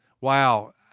Wow